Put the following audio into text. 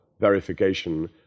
verification